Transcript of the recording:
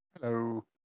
Hello